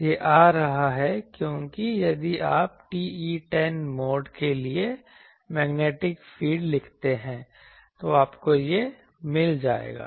यह आ रहा है क्योंकि यदि आप TE10 मोड के लिए मैग्नेटिक फील्ड लिखते हैं तो आपको यह मिल जाएगा